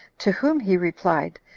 to whom he replied,